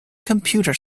computer